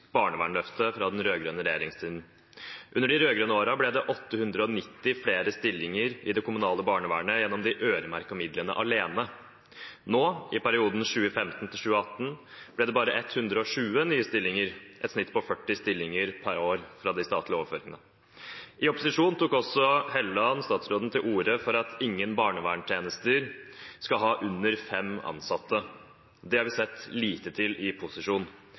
fra den rød-grønne regjeringen. Under de rød-grønne årene ble det 890 flere stillinger i det kommunale barnevernet gjennom de øremerkede midlene alene. Nå, i perioden 2015–2018, ble det bare 120 nye stillinger, et snitt på 40 stillinger per år, fra de statlige overføringene. I opposisjon tok også Helleland, statsråden, til orde for at ingen barnevernstjenester skal ha under fem ansatte. Det har vi sett lite til i